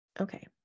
Okay